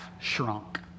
shrunk